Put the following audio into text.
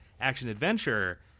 action-adventure